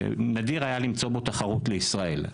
שנדיר היה למצוא בו תחרות לישראל.